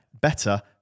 better